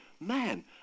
man